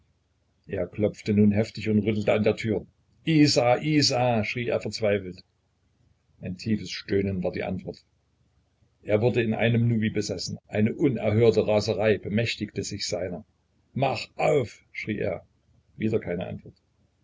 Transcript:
er klopfte nun heftig und rüttelte an der tür isa isa schrie er verzweifelt ein tiefes stöhnen war die antwort er wurde in einem nu wie besessen eine unerhörte raserei bemächtigte sich seiner mach auf schrie er wieder keine antwort